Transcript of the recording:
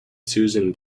susan